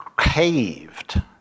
caved